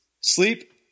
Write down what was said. Sleep